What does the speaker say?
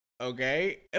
Okay